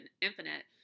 infinite